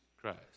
Christ